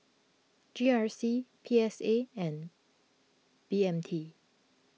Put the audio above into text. G R C P S A and B M T